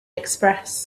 express